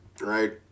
right